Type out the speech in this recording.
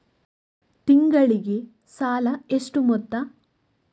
ತಿಂಗಳಿಗೆ ಸಾಲ ಎಷ್ಟು ಮೊತ್ತ?